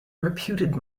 reputed